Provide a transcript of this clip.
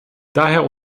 daher